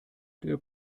der